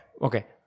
okay